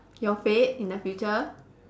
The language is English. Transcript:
your fate in the future